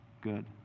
good